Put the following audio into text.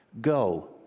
Go